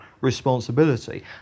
responsibility